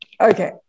Okay